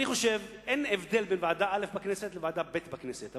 אני חושב שאין הבדל בין ועדה א' בכנסת לוועדה ב' בכנסת.